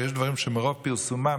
שיש דברים שמרוב פרסומם,